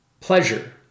pleasure